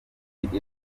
minsi